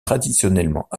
traditionnellement